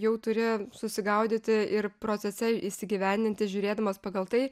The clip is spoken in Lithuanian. jau turi susigaudyti ir procese įsigyvendinti žiūrėdamas pagal tai